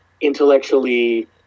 intellectually